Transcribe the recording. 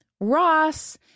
Ross